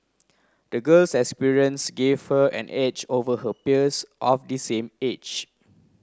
the girl's experience gave her an edge over her peers of the same age